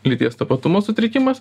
lyties tapatumo sutrikimas